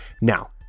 Now